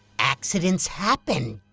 accidents happen,